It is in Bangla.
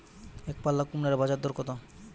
একপাল্লা কুমড়োর বাজার দর কত?